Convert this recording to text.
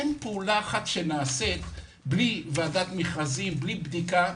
אין פעולה אחת שנעשית בלי ועדת מכרזים, בלי בדיקה.